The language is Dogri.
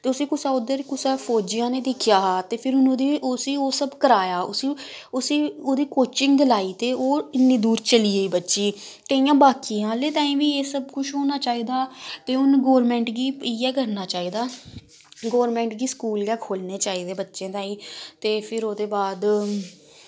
ते उसी कुसै उध्दर कुसै फौजिया नै दिक्खेआ हा ते फिर हुन उसी ओह् सब कराया उसी ओह्दी कोचिंग दिलाई ते ते ओह् इन्नी दूर चली गेई बच्ची ते इयां बाकियें आह्लें तांईं बी एह् सब कुछ होना चाहिदा ते हून गौरमैंट गी इयै सब करना चाहिदा गौरमैंट गी स्कूल गै खोह्लने चाहिदे बच्चें तांईं ते फिर ओह्दे बाद